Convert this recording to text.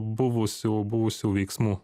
buvusių buvusių veiksmų